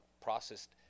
processed